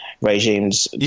regimes